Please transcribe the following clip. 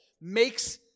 makes